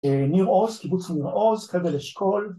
ניר עוז, קיבוץ ניר עוז, חבל אשכול